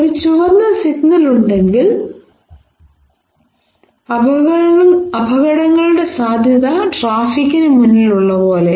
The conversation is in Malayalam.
ഒരു ചുവന്ന സിഗ്നൽ ഉണ്ടെങ്കിൽ അപകടങ്ങളുടെ സാധ്യത ട്രാഫിക്കിന് മുന്നിലുള്ളത് പോലെ